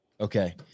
Okay